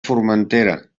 formentera